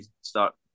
start